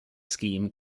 scheme